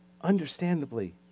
Understandably